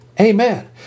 Amen